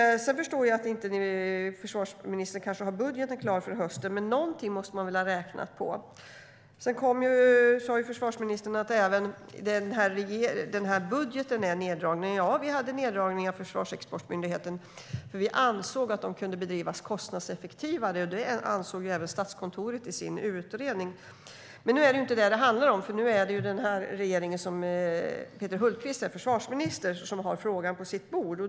Jag förstår att försvarsministern kanske inte har budgeten klar för hösten, men någonting måste man väl ha räknat på. Försvarsministern sa att det även i den här budgeten är en neddragning. Ja, vi hade en neddragning i Försvarsexportmyndigheten. Vi ansåg nämligen att den kunde bedrivas mer kostnadseffektivt. Det ansåg även Statskontoret i sin utredning. Men nu är det inte det som det handlar om. Nu är det den här regeringen, där Peter Hultqvist är försvarsminister, som har frågan på sitt bord.